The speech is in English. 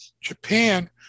Japan